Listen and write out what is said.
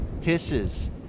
hisses